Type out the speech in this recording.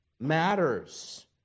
matters